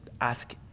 ask